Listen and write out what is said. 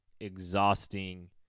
exhausting